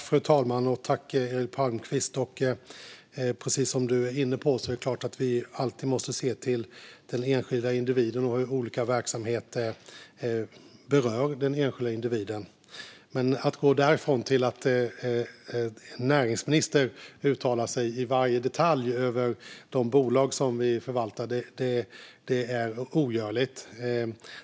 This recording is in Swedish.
Fru talman! Precis som du är inne på, Eric Palmqvist, är det klart att vi alltid måste se till den enskilda individen och hur olika verksamheter berör den enskilda individen. Men att en näringsminister i varje detalj uttalar sig om de bolag vi förvaltar är ogörligt.